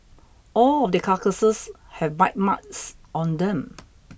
all of the carcasses have bite marks on them